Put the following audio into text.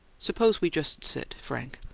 suppose we just sit, frank.